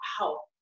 wow